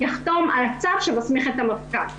יחתום על הצו שמסמיך על המפכ"ל.